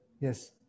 yes